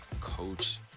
coach